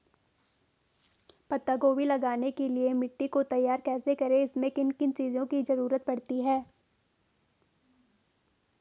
पत्ता गोभी लगाने के लिए मिट्टी को तैयार कैसे करें इसमें किन किन चीज़ों की जरूरत पड़ती है?